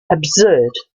absurd